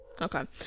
Okay